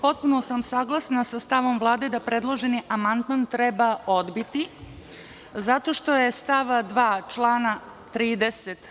Potpuno sam saglasna sa stavom Vlade da predloženi amandman treba odbiti, zato što je stav 2. člana 30.